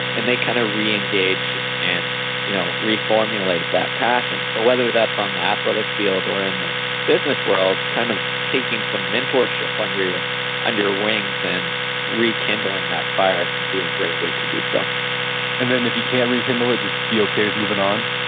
and they kind of reengage and you know reformulate that passion. so, whether that's on the athletic field or in the business world, kind of taking some mentorship under your wings and rekindling that fire can be a great way to do so and then if you can't rekindle it, just be okay with moving on?